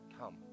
come